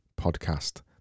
podcast